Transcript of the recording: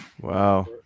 Wow